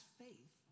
faith